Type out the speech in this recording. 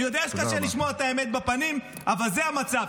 אני יודע שקשה לשמוע את האמת בפנים, אבל זה המצב.